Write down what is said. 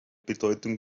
bedeutung